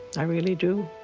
i really do.